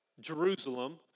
Jerusalem